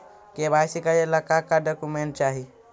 KYC करे ला का का डॉक्यूमेंट चाही?